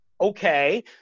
okay